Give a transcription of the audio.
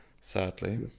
sadly